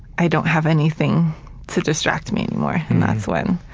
i don't have anything to distract me anymore. and that's when